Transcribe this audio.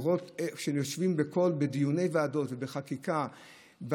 שיושבים בדיוני ועדות ובחקיקה,